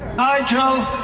nigel,